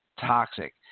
toxic